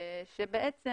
שבעצם